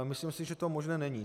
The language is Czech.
Myslím si, že to možné není.